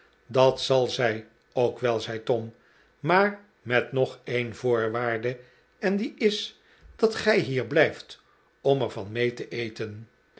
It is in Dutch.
dat zal zij ook wel zei tom maar met nog een voorwaarde en die is dat gij hier blijft om er van mee te eten